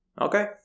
okay